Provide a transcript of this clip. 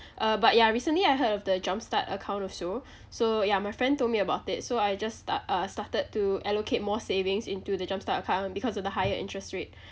uh but ya recently I heard of the jumpstart account also so ya my friend told me about it so I just star~ uh started to allocate more savings into the jumpstart account because of the higher interest rate